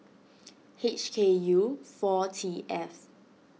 H K U four T F